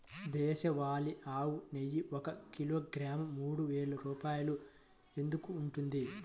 దేశవాళీ ఆవు నెయ్యి ఒక కిలోగ్రాము మూడు వేలు రూపాయలు ఎందుకు ఉంటుంది?